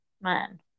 Man